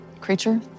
creature